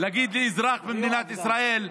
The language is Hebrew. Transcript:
להגיד לאזרח במדינת ישראל: